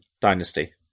Dynasty